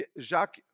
Jacques